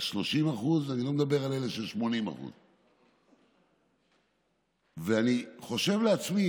על 30%. אני לא מדבר על אלה של 80%. אני חושב לעצמי: